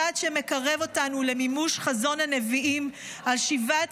צעד שמקרב אותנו למימוש חזון הנביאים על שיבת